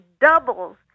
doubles